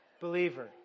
believer